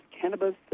cannabis